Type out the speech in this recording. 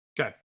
Okay